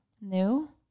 New